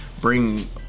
bring